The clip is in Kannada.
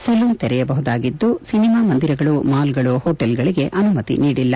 ಸಲೂನ್ ತೆರೆಯಬಹುದಾಗಿದ್ದು ಸಿನಿಮಾ ಮಂದಿರಗಳು ಮಾಲ್ಗಳು ಹೋಟೆಲ್ಗಳಿಗೆ ಅನುಮತಿ ನೀಡಿಲ್ಲ